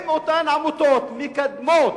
אם אותן עמותות מקדמות